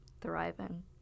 thriving